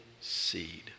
seed